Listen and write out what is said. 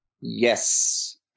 Yes